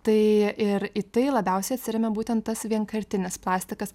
tai ir į tai labiausiai atsiremia būtent tas vienkartinis plastikas